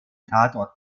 tatort